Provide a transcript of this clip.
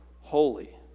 holy